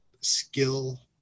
skill